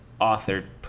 authored